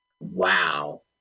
Wow